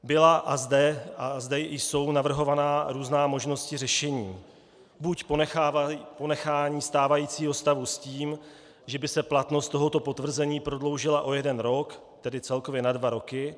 Byla a zde i jsou navrhovány různé možnosti řešení: buď ponechání stávajícího stavu s tím, že by se platnost tohoto potvrzení prodloužila o jeden rok, tedy celkově na dva roky;